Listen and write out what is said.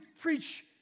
preach